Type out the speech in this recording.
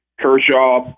Kershaw